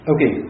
Okay